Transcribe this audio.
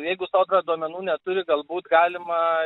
jeigu sodra duomenų neturi galbūt galima